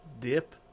dip